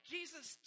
Jesus